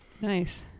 Nice